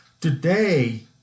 today